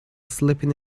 sleeping